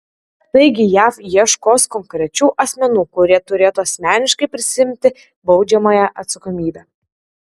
taigi jav ieškos konkrečių asmenų kurie turėtų asmeniškai prisiimti baudžiamąją atsakomybę